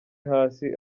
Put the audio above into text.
hasi